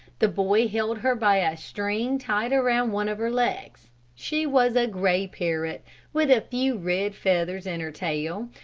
the boy held her by a string tied around one of her legs. she was a gray parrot with a few red feathers in her tail,